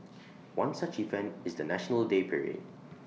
one such event is the National Day parade